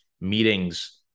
meetings